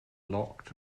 locked